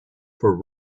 for